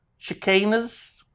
Chicanas